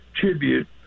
tribute